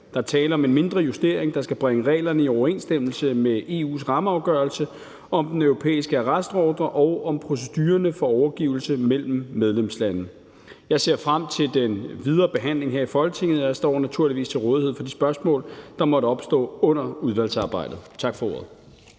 Der er tale om en mindre justering, der skal bringe reglerne i overensstemmelse med EU's rammeafgørelse om den europæiske arrestordre og om procedurerne for overgivelse mellem medlemslandene. Jeg ser frem til den videre behandling her i Folketinget, og jeg står naturligvis til rådighed for de spørgsmål, der måtte opstå under udvalgsarbejdet. Tak for ordet.